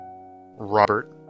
Robert